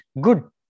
good